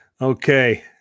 okay